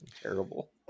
terrible